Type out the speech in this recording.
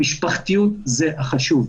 המשפחתיות זה חשוב.